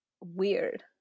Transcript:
weird